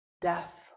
death